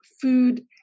food